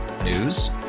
News